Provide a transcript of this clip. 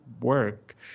work